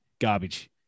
garbage